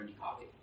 coffee